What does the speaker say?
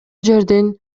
жердин